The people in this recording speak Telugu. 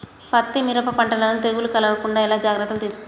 పత్తి మిరప పంటలను తెగులు కలగకుండా ఎలా జాగ్రత్తలు తీసుకోవాలి?